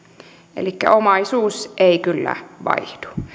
elikkä omaisuus ei kyllä vaihdu